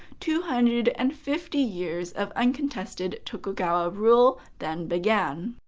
two hundred and fifty years of uncontested tokugawa rule then began.